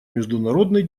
международный